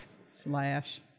slash